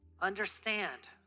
understand